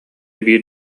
биир